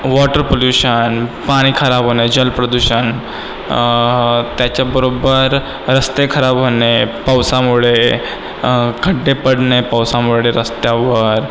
water pollution पाणी खराब होणे जल प्रदूषण त्याच्याबरोबर रस्ते खराब होणे पावसामुळे खड्डे पडणे पावसामुळे रस्त्यावर